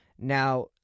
Now